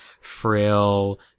frail